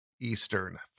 Eastern